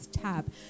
tab